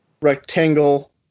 rectangle